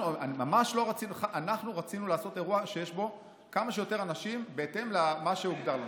אנחנו רצינו לעשות אירוע שיש בו כמה שיותר אנשים בהתאם למה שהוגדר לנו.